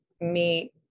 meet